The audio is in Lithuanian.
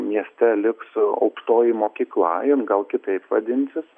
mieste liks aukštoji mokykla jin gal kitaip vadinsis